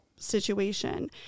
Situation